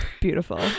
Beautiful